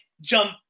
jump